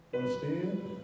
understand